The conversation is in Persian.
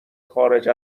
خارج